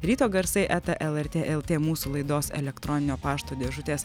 ryto garsai eta lrt lt mūsų laidos elektroninio pašto dėžutės